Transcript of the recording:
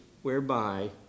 whereby